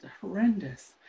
horrendous